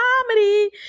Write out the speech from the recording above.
comedy